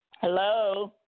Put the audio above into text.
Hello